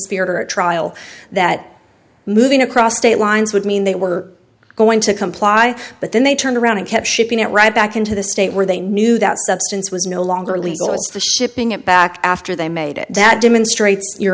coconspirator trial that moving across state lines would mean they were going to comply but then they turned around and kept shipping it right back into the state where they knew that substance was no longer legal to shipping it back after they made it that demonstrates your